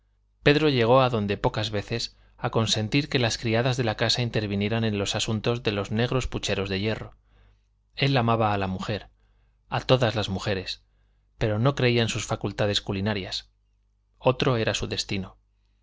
pedro llegó a donde pocas veces a consentir que las criadas de la casa intervinieran en los asuntos de los negros pucheros de hierro él amaba a la mujer a todas las mujeres pero no creía en sus facultades culinarias otro era su destino